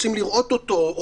רוצים לראות אותו,